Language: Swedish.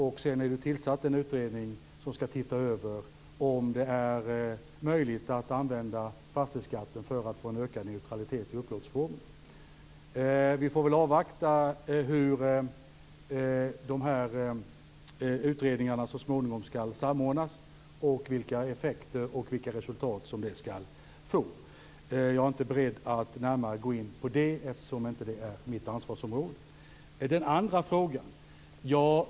En utredning har tillsatts som skall titta över om det är möjligt att använda fastighetsskatten för att få en ökad neutralitet i upplåtelseformer. Vi får avvakta hur utredningarna så småningom skall samordnas och vilka effekter och resultat det kan bli. Jag är inte beredd att närmare gå in på dessa frågor eftersom de inte ingår i mitt ansvarsområde.